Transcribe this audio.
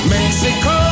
Mexico